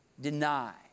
Deny